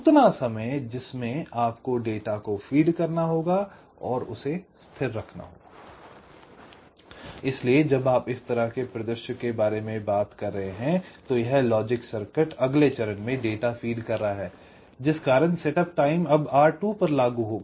उतना समय जिसमे आपको डेटा को फीड करना होगा और इसे स्थिर रखना होगा I इसलिए जब आप इस तरह के परिदृश्य के बारे में बात कर रहे हैं तो यह लॉजिक सर्किट अगले चरण में डेटा फीड कर रहा है जिस कारण सेटअप समय अब R2 पर लागू होगा